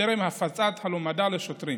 טרם הפצת הלומדה לשוטרים